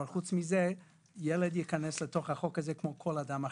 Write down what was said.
אבל חוץ מזה ילד ייכנס לחוק הזה כמו כל אדם אחר.